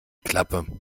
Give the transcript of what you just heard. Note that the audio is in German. klappe